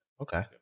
Okay